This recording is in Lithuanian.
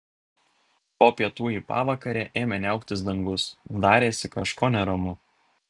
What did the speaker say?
po pietų į pavakarę ėmė niauktis dangus darėsi kažko neramu